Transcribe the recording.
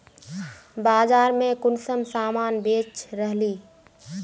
बाजार में कुंसम सामान बेच रहली?